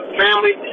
family